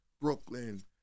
Brooklyn